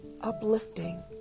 uplifting